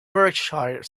berkshire